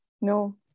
No